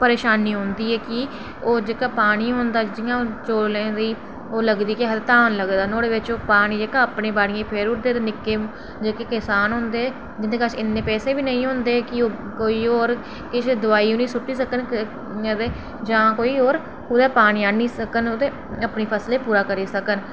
परेशानी औंदी ऐ कि होर जेह्का पानी होंदा जि'यां चौलें दी ओह् लगदी केह् आखदे धान लगदा नुआढ़े बिच ओह् पानी जेह्का अपने बाड़ियें फेरुड़ दे ते निक्के जेह्के किसान होंदे जिंदे कश इ'नें पैसे बी नेईं होंदे कि ओह् कोई होर किश दवाई सु'ट्टी सकन अदे जां केईं होर कुदै पानी आह्नी सकन अपनी फसलें पूरा सकन